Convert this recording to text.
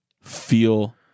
feel